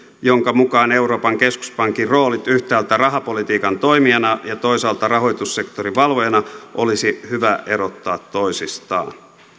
jonka mukaan euroopan keskuspankin roolit yhtäältä rahapolitiikan toimijana ja toisaalta rahoitussektorin valvojana olisi hyvä erottaa toisistaan